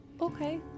Okay